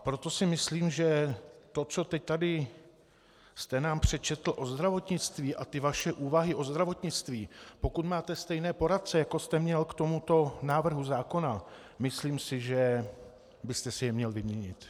Proto si myslím, že to, co jste nám tady teď přečetl o zdravotnictví, a ty vaše úvahy o zdravotnictví, pokud máte stejné poradce, jako jste měl k tomuto návrhu zákona, myslím si, že byste si je měl vyměnit.